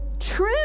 True